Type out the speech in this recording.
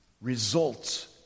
results